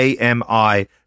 AMI